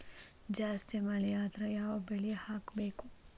ಜಾಸ್ತಿ ಮಳಿ ಆದ್ರ ಯಾವ ಬೆಳಿ ಹಾಕಬೇಕು?